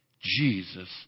Jesus